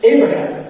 Abraham